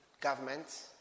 government